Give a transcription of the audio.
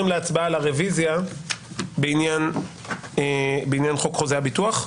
להצבעה על הרוויזיה בעניין חוק חוזה הביטוח.